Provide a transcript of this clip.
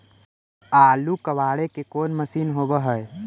आलू कबाड़े के कोन मशिन होब है?